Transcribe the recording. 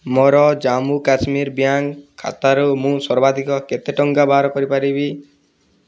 ମୋର ଜମ୍ମୁ କାଶ୍ମୀର ବ୍ୟାଙ୍କ ଖାତାରୁ ମୁଁ ସର୍ବାଧିକ କେତେ ଟଙ୍କା ବାହାର କରିପାରିବି